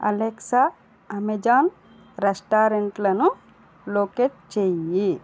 Alexa Amazon రెస్టారెంట్లను locate చెయ్యి